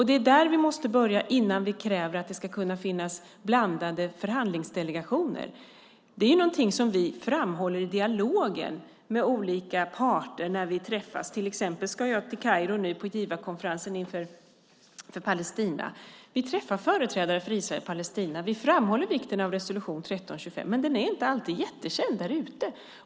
Det är där vi måste börja innan vi kräver att det ska finnas blandade förhandlingsdelegationer. Det är någonting som vi framhåller i dialogen med olika parter när vi träffas. Jag ska till exempel till Kairo på givarkonferensen för Palestina. Vi träffar företrädare för Israel och Palestina. Vi framhåller vikten av resolution 1325. Men den är inte alltid jättekänd där ute.